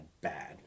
bad